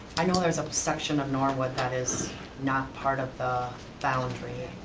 i know there's a section of norwood that is not part of the boundary.